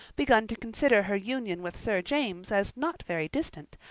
begun to consider her union with sir james as not very distant,